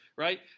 right